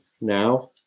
now